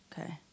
Okay